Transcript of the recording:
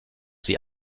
sie